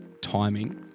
timing